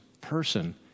person